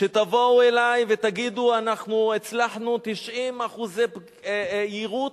שתבואו אלי ותגידו: אנחנו הצלחנו 90% יירוט,